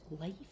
life